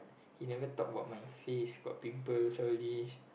he never talk about my face got pimples all these